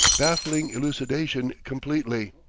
baffling elucidation completely.